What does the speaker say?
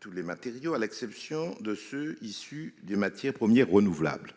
tous les matériaux à l'exception de ceux qui sont issus des matières premières renouvelables.